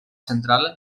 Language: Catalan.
central